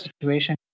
situation